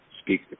speak